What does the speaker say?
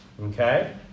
Okay